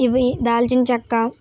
ఇవి దాల్చిన చెక్క